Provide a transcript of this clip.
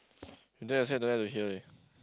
then yourself don't like to hear eh